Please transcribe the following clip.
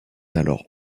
alors